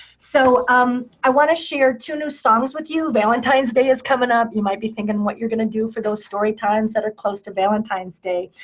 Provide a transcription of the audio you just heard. so um i want to share two new songs with you. valentine's day is coming up. you might be thinking what you're going to do for those story times that are close to valentine's day.